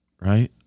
right